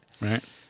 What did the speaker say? Right